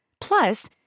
Plus